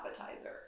appetizer